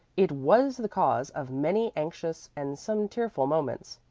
it was the cause of many anxious, and some tearful moments.